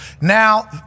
now